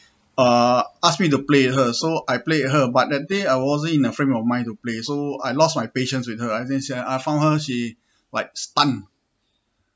uh asked me to play with her so I played with her but that day I wasn't in the frame of mind to play so I lost my patience with her I didn't say I found her she like stunt